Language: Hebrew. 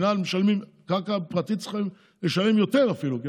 צריכים לשלם על קרקע פרטית אפילו יותר,